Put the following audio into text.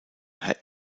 herr